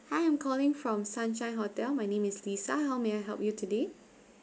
hi I'm calling from sunshine hotel my name is lisa how may I help you today